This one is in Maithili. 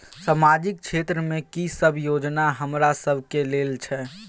सामाजिक क्षेत्र में की सब योजना हमरा सब के लेल छै?